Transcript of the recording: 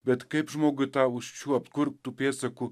bet kaip žmogui tą užčiuopt kur tų pėdsakų